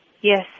yes